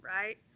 right